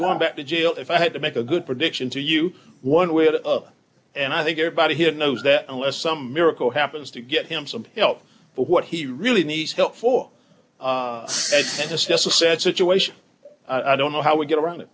going back to jail if i had to make a good prediction to you one way out of and i think everybody here knows that unless some miracle happens to get him some help but what he really needs help for and assess a sad situation i don't know how we get around it